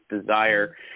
desire